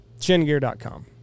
Shingear.com